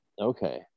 Okay